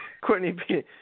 Courtney